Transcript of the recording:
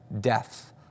death